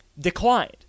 declined